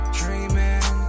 dreaming